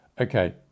Okay